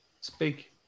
Speak